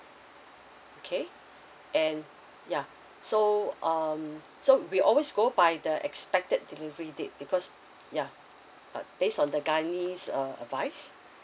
okay and yeah so um so we always go by the expected delivery date because yeah uh based on the gynae's uh advice